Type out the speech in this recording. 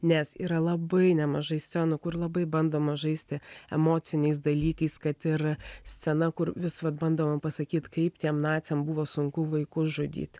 nes yra labai nemažai scenų kur labai bandoma žaisti emociniais dalykais kad ir scena kur vis vat bandoma pasakyt kaip tiem naciam buvo sunku vaikus žudyt